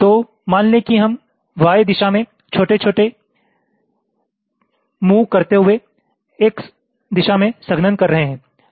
तो मान लें कि हम Y दिशा में छोटे छोटे मूव करते हुए X दिशा मे संघनन कर रहे हैं